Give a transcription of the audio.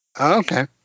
Okay